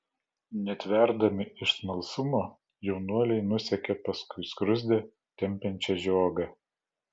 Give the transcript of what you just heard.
netverdami iš smalsumo jaunuoliai nusekė paskui skruzdę tempiančią žiogą